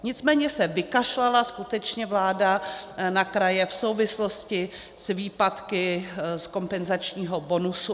Nicméně se vykašlala skutečně vláda na kraje v souvislosti s výpadky z kompenzačního bonusu.